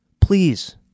please